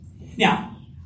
Now